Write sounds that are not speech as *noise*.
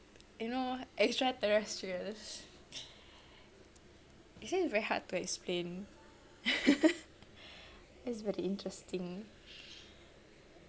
you know extraterrestrials *breath* actually it's very hard to explain *laughs* it's very interesting